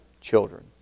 children